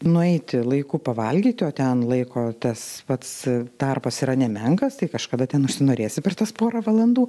nueiti laiku pavalgyti o ten laiko tas pats tarpas yra nemenkas tai kažkada ten užsinorėsi per tas porą valandų